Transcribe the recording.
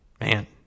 man